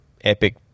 epic